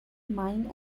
mine